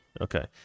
okay